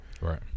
Right